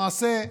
למעשה,